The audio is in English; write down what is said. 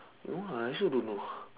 no lah I also don't know